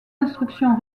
instruction